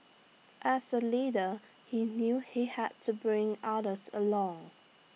as A leader he knew he had to bring others along